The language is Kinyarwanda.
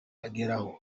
ageraho